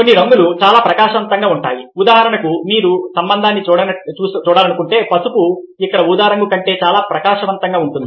కొన్ని రంగులు చాలా ప్రకాశవంతంగా ఉంటాయి ఉదాహరణకు మీరు సంబంధాన్ని చూడాలనుకుంటే పసుపు ఇక్కడ ఊదారంగు కంటే చాలా ప్రకాశవంతంగా ఉంటుంది